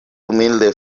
humilde